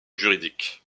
juridique